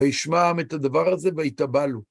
וישמעם את הדבר הזה והתאבלו.